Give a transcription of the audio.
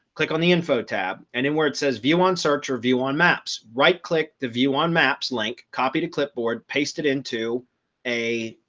click on the info tab and then where it says view on search or view on maps. right click the view on maps link, copy to clipboard, paste it into a